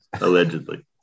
allegedly